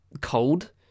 cold